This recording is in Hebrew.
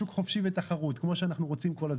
שוק חופשי ותחרות, כמו שאנחנו רוצים כל הזמן.